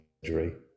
surgery